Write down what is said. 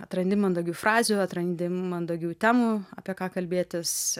atrandi mandagių frazių atrandi mandagių temų apie ką kalbėtis